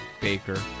Baker